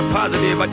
positive